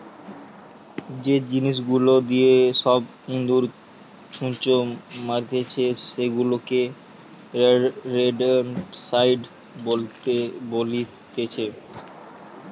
যে জিনিস গুলা দিয়ে সব ইঁদুর, ছুঁচো মারতিছে সেগুলাকে রোডেন্টসাইড বলতিছে